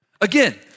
again